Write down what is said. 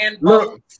look